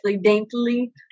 daintily